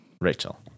Rachel